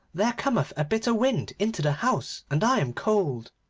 there cometh a bitter wind into the house, and i am cold